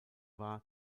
war